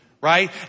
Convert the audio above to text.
right